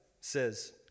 says